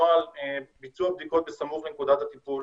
נוהל ביצוע בדיקות בסמוך לנקודת הטיפול,